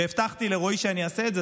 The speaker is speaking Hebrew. והבטחתי לרועי שאני אעשה את זה,